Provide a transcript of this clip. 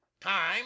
Time